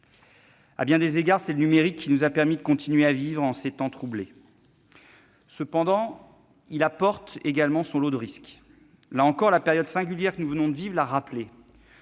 À bien des égards, c'est le numérique qui nous a permis de continuer à vivre en ces temps troublés. Cependant, il apporte également son lot de risques. Là encore, la période singulière que nous venons de vivre l'a rappelé